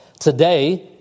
Today